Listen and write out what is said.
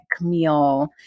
meal